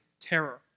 terror